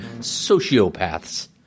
sociopaths